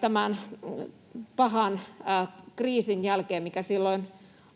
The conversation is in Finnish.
tämän pahan kriisin jälkeen, mikä silloin